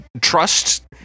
trust